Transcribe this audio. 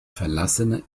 verlassene